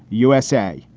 usa.